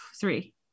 three